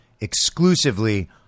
exclusively